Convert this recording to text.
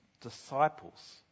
disciples